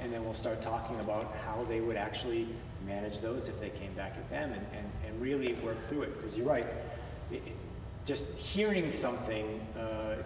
and then we'll start talking about how they would actually manage those if they came back and and really work through it because you're right we're just hearing something